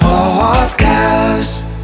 Podcast